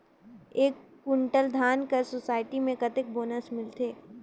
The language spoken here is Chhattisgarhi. एक कुंटल धान कर सोसायटी मे कतेक बोनस मिलथे?